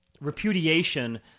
repudiation—